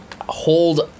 hold